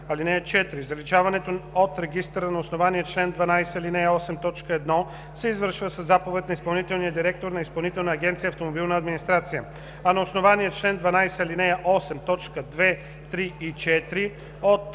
„(4) Заличаването от регистъра на основание чл. 12, ал. 8, т. 1 се извършва със заповед на изпълнителния директор на Изпълнителна агенция „Автомобилна администрация”, а на основание чл. 12, ал. 8, т. 2, 3 и 4 –